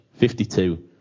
52